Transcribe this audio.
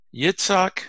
Yitzhak